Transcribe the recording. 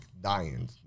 dying